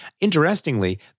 Interestingly